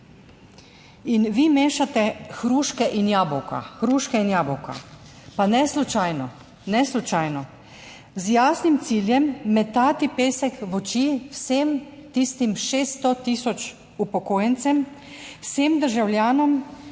in jabolka, hruške in jabolka, pa ne slučajno, ne slučajno. Z jasnim ciljem metati pesek v oči vsem tistim 600 tisoč upokojencem, vsem državljanom.